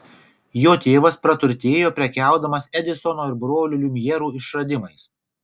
jo tėvas praturtėjo prekiaudamas edisono ir brolių liumjerų išradimais